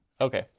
Okay